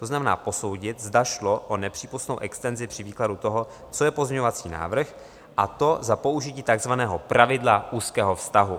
To znamená posoudit, zda šlo o nepřípustnou extenzi při výkladu toho, co je pozměňovací návrh, a to za použití takzvaného pravidla úzkého vztahu.